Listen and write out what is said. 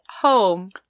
home